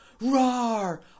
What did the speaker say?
Rar